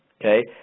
Okay